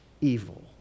evil